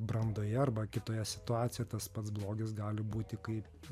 brandoje arba kitoje situacijoje tas pats blogis gali būti kaip